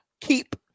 Keep